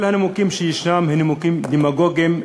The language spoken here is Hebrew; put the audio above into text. כל הנימוקים שישנם הם נימוקים דמגוגיים,